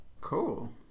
Cool